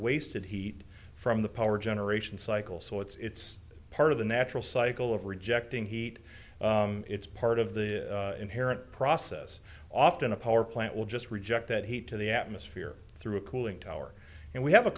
wasted heat from the power generation cycle so it's part of the natural cycle of rejecting heat it's part of the inherent process often a power plant will just reject that heat to the atmosphere through a cooling tower and we have a